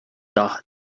dath